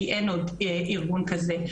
כי אין עוד ארגון כזה,